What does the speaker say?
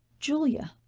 julia,